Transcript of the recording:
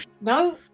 no